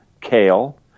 kale